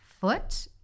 foot